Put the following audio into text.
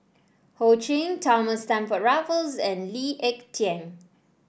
Ho Ching Thomas Stamford Raffles and Lee Ek Tieng